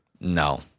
No